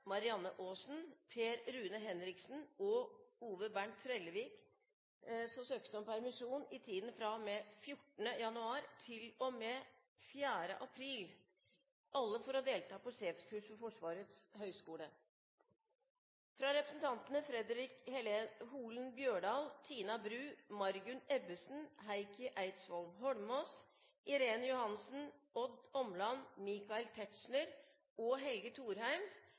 Marianne Aasen, Per Rune Henriksen og Ove Bernt Trellevik om permisjon i tiden fra og med 14. januar til og med 4. april – alle for å delta på sjefskurs ved Forsvarets høgskole fra representantene Fredric Holen Bjørdal, Tina Bru, Margunn Ebbesen, Heikki Eidsvoll Holmås, Irene Johansen, Odd Omland, Michael Tetzschner og Helge Thorheim